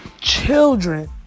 children